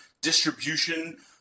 distribution